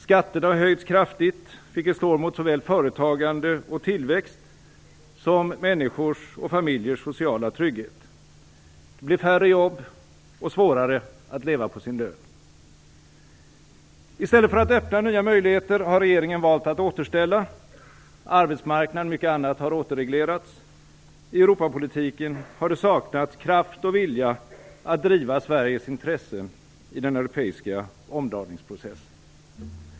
Skatterna har höjts kraftigt, vilket slår mot såväl företagande och tillväxt som människors och familjers sociala trygghet. Det blir färre jobb och svårare att leva på sin lön. I stället för att öppna nya möjligheter har regeringen valt att återställa. Arbetsmarknaden och mycket annat har återreglerats. I Europapolitiken har det saknats kraft och vilja att driva Sveriges intressen i den europeiska omdaningsprocessen.